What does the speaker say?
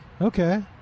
Okay